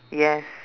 yes